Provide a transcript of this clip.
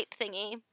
thingy